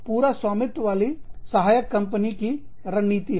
तो यह पूरा स्वामित्व वाली सहायक कंपनी की रणनीति है